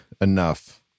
enough